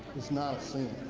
is not a sin,